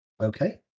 Okay